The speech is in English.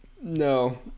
No